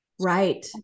Right